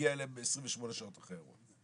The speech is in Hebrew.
הגיעה אליהם 28 שעות אחרי האירוע.